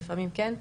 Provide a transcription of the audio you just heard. ולפעמים כן,